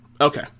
Okay